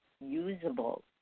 usable